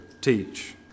teach